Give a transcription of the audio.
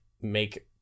make